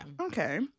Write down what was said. Okay